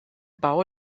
bau